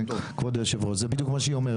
כבוד יושב הראש זה בדיוק מה שהוא אומר.